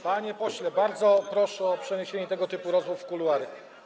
Panie pośle, bardzo proszę o przeniesienie tego typu rozmów w kuluary.